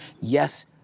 yes